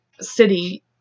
city